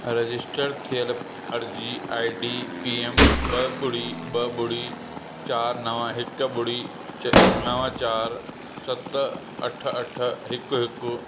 register थियल अर्ज़ी ID PM ॿ ॿुड़ी ॿ ॿुड़ी चारि नव हिकु ॿुड़ी च नव चारि सत अठ अठ हिकु हिकु